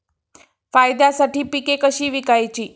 फायद्यासाठी पिके कशी विकायची?